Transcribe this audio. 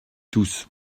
tous